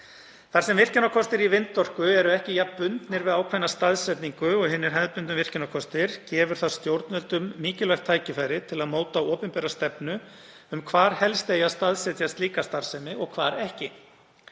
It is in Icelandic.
Þar sem virkjunarkostir í vindorku eru ekki jafn bundnir við ákveðna staðsetningu og hinir hefðbundnu virkjunarkostir gefur það stjórnvöldum mikilvægt tækifæri til að móta opinbera stefnu um hvar helst eigi að staðsetja slíka starfsemi og hvar ekki,